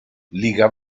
liga